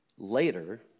Later